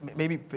maybe.